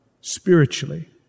spiritually